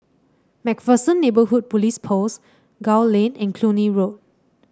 MacPherson Neighbourhood Police Post Gul Lane and Cluny Road